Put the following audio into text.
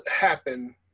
happen